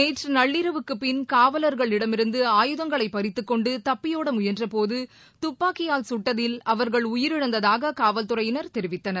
நேற்று நள்ளிரவுக்குப் பின் காவலர்களிடமிருந்து ஆயுதங்களைப் பறித்துக் கொண்டு தப்பியோட முயன்ற போது துப்பாக்கியால் சுட்டதில் அவர்கள் உயிரிழந்ததாக காவல்துறையினர் தெரிவித்தனர்